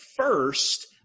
first